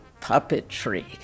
Puppetry